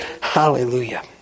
Hallelujah